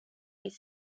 his